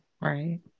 Right